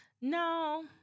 No